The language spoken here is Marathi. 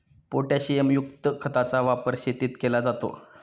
पोटॅशियमयुक्त खताचा वापर शेतीत केला जातो